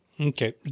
Okay